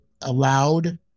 allowed